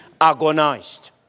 agonized